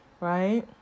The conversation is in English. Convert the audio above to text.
Right